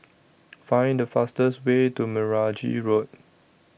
Find The fastest Way to Meragi Road